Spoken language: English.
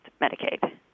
Medicaid